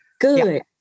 good